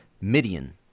Midian